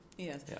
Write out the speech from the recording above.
Yes